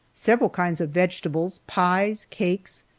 several kinds of vegetables, pies, cakes,